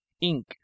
Ink